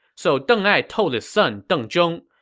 so deng ai told his son deng zhong,